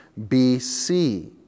BC